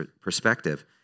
perspective